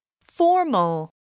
Formal